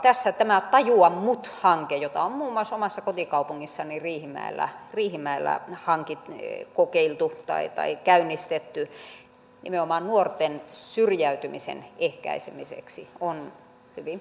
tässä tämä tajua mut hanke jota mummo samassa kotikaupungissani riihimäellä riihimäellä on muun muassa omassa kotikaupungissani riihimäellä käynnistetty nimenomaan nuorten syrjäytymisen ehkäisemiseksi on hyvin mielenkiintoinen